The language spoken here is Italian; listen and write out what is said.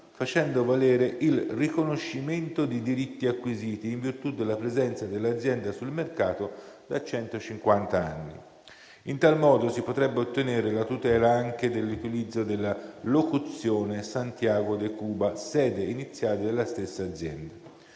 facendo valere il riconoscimento dei diritti acquisiti in virtù della presenza dell'azienda sul mercato da centocinquant'anni. In tal modo si potrebbe ottenere la tutela anche dell'utilizzo della locuzione "Santiago de Cuba", sede iniziale della stessa azienda.